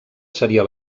seria